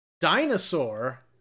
dinosaur